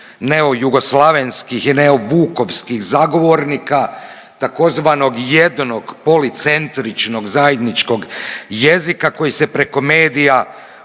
neojugoslavenskih i neovukovskih zagovornika tzv. jednog policentričnog zajedničkog jezika koji se preko medija,